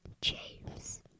James